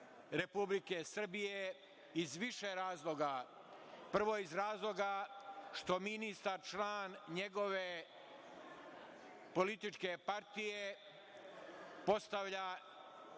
Republike Srbije? Iz više razloga, prvo iz razloga što ministar, član njegove političke partije, postavlja